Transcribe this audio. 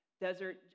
desert